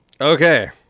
Okay